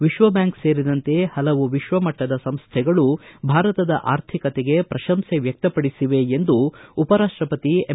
ವಿಶ್ವಬ್ಯಾಂಕ ಸೇರಿದಂತೆ ಹಲವು ವಿಶ್ವಮಟ್ಲದ ಸಂಸ್ವೆಗಳು ಭಾರತದ ಆರ್ಥಿಕತೆಗೆ ಪ್ರಶಂಸೆ ವ್ಯಕ್ತಪಡಿಸಿವೆ ಎಂದು ಉಪರಾಷ್ಪಪತಿ ಎಂ